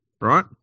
Right